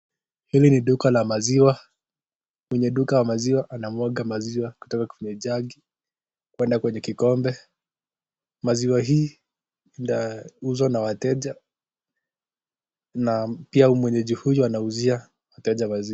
Hili ni duka la maziwa, mwenye duka wa maziwa anamwaga maziwa kutoka kwenye jagi, kwenda kwenye kikombe, maziwa hii inauzwa na wateja na pia mwenyeji huyu anauzia wateja maziwa.